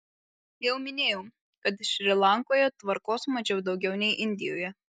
jau minėjau kad šri lankoje tvarkos mačiau daugiau nei indijoje